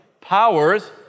powers